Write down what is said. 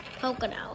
Pocono